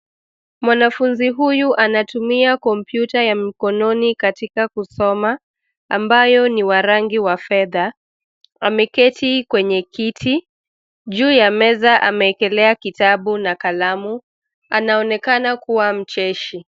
Mwanafunzi huyu anatumia kompyuta ya mkononi katika kusoma ambayo ni wa rangi ya fedha. Ameketi kwenye kiti. Juu ya meza ameekelea kitabu na kalamu. Anaonekana kuwa mcheshi.